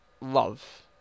love